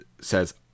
says